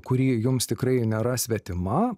kuri jums tikrai nėra svetima